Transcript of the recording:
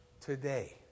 today